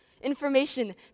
information